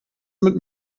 mit